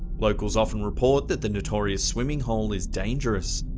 locals often report that the notorious swimming hole is dangerous.